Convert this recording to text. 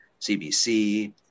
CBC